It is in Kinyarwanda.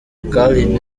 khaled